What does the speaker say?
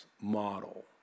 model